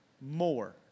more